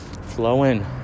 flowing